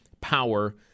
power